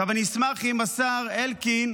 אני אשמח אם השר אלקין,